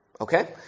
Okay